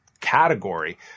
category